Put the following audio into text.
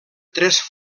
tres